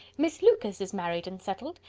miss lucas is married and settled.